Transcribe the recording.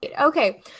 okay